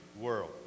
world